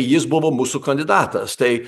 jis buvo mūsų kandidatas tai